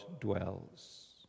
dwells